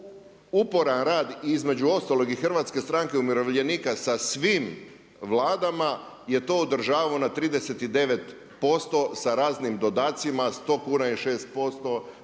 uporan rad između ostalog i HSU-a sa svim vladama je to održavamo na 39% sa raznim dodacima 100 kuna je 6%